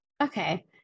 okay